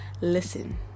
listen